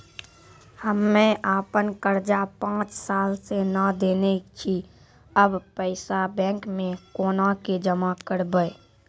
हम्मे आपन कर्जा पांच साल से न देने छी अब पैसा बैंक मे कोना के जमा करबै?